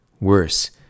Worse